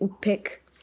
pick